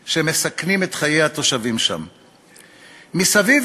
שנים במערכות הביטחון וכמי שעמד בראש